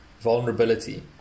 vulnerability